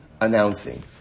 Announcing